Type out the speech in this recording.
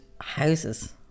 houses